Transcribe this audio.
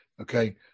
Okay